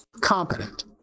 competent